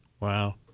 Wow